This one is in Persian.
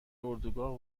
اردوگاه